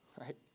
Right